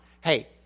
Hey